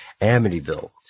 Amityville